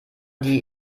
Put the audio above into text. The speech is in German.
die